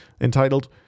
entitled